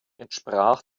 entsprach